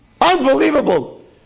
Unbelievable